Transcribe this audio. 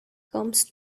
comes